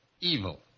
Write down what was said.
evil